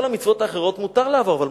כל המצוות האחרות מותר לעבור עליהן,